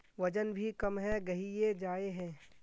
वजन भी कम है गहिये जाय है?